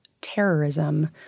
terrorism